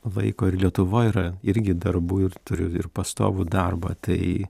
vaiko ir lietuvoj yra irgi darbų ir turiu ir pastovų darbą tai